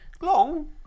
Long